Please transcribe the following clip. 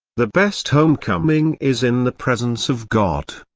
the best homecoming is in the presence of god.